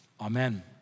amen